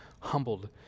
humbled